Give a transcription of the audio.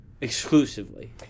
Exclusively